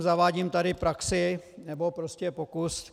Zavádím tady praxi, nebo prostě pokus.